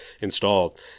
installed